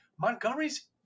Montgomery's